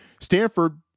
Stanford